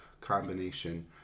combination